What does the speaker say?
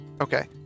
Okay